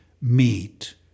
meet